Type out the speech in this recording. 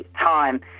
time